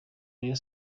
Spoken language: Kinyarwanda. rayon